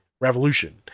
Revolution